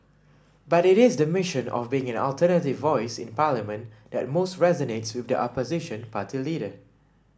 but it is the mission of being an alternative voice in Parliament that most resonates with the opposition party leader